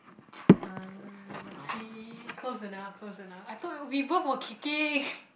ah see close enough close enough I thought you we both were kicking